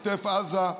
בעוטף עזה,